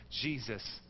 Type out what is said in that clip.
Jesus